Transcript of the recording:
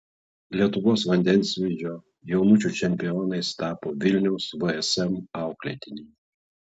lietuvos vandensvydžio jaunučių čempionais tapo vilniaus vsm auklėtiniai